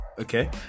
Okay